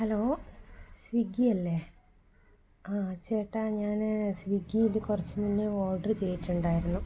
hello Swiggy അല്ലേ ആ ചേട്ടാ ഞാൻ സ്വിഗ്ഗിയിൽ കുറച്ചുമുന്നേ ഓര്ഡര് ചെയ്തിട്ടുണ്ടായിരുന്നു